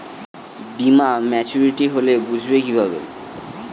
বীমা মাচুরিটি হলে বুঝবো কিভাবে?